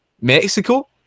Mexico